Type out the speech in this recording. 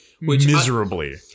Miserably